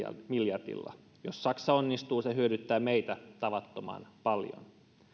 miljardilla jos saksa onnistuu se hyödyttää meitä tavattoman paljon